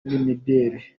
n’imideli